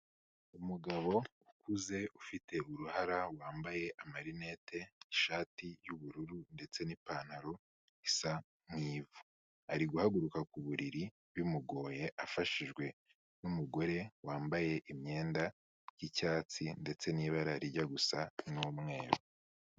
Umugabo ukuze ufite uruhara, wambaye amarinete, ishati y'ubururu ndetse n'ipantaro isa nk'ivu. Ari guhaguruka ku buriri bimugoye afashijwe n'umugore wambaye imyenda y'icyatsi ndetse n'ibara rijya gusa n'umweru.